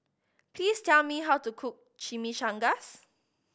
please tell me how to cook Chimichangas